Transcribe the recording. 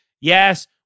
Yes